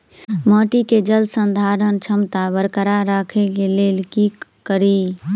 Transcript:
माटि केँ जलसंधारण क्षमता बरकरार राखै लेल की कड़ी?